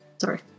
Sorry